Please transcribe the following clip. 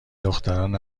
دختران